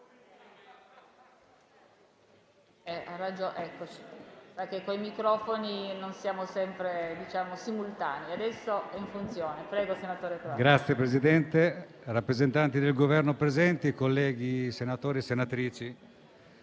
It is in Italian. Signor Presidente, rappresentanti del Governo presenti, colleghi senatori e senatrici,